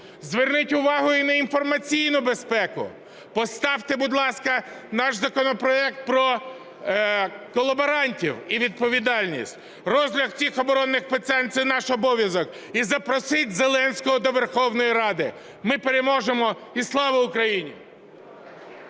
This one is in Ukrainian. Зверніть увагу і на інформаційну безпеку. Поставте, будь ласка, наш законопроект про колаборантів і відповідальність. Розгляд цих оборонних питань – це наш обов'язок. І запросіть Зеленського до Верховної Ради. Ми переможемо! Слава Україні!